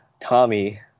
Tommy